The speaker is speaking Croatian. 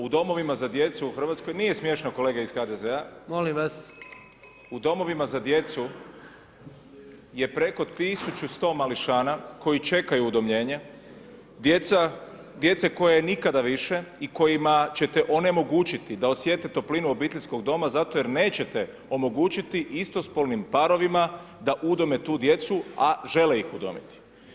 U domovima za djecu u RH, nije smiješno kolega iz HDZ [[Upadica: Molim vas]] U domovima za djecu je preko 1100 mališana koji čekaju udomljenje, djece koje nikada više i kojima ćete onemogućiti da osjete toplinu obiteljskog doma zato jer nećete omogućiti istospolnim parovima da udome tu djecu, a žele ih udomiti.